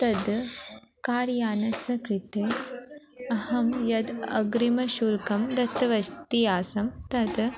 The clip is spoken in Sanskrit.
तद् कार्यानस्य कृते अहं यद् अग्रिमशुल्कं दत्तवती आसं तद्